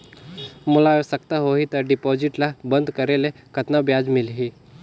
मोला आवश्यकता होही त डिपॉजिट ल बंद करे ले कतना ब्याज मिलही?